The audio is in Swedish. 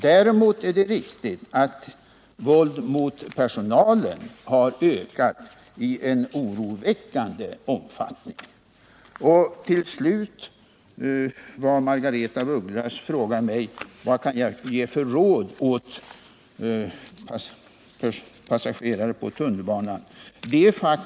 Däremot är det riktigt att våld mot personalen har ökat i en oroväckande omfattning. Till slut frågade mig Margaretha af Ugglas vad jag kan ge för råd till passagerare på tunnelbanan.